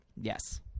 yes